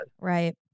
right